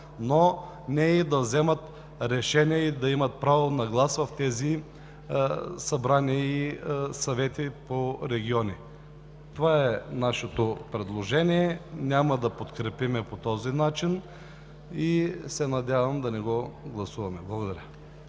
но не и да вземат решения или да имат право на глас в тези съвети по региони. Това е нашето предложение. Няма да подкрепим по този начин и се надявам да не го гласуваме. Благодаря.